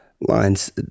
lines